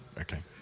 Okay